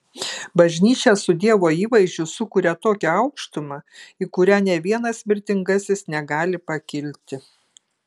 bažnyčia su dievo įvaizdžiu sukuria tokią aukštumą į kurią nė vienas mirtingasis negali pakilti